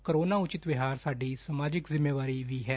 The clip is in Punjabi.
ਕੋਰੋਨਾ ਉਚਿਤ ਵਿਵਹਾਰ ਸਾਡੀ ਸਮਾਜਿਕ ਜਿੰਮੇਵਾਰੀ ਵੀ ਐ